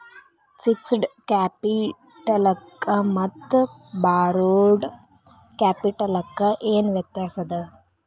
Fixed ಕ್ಯಾಪಿಟಲಕ್ಕ ಮತ್ತ borrowed ಕ್ಯಾಪಿಟಲಕ್ಕ ಏನ್ ವ್ಯತ್ಯಾಸದ?